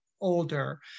older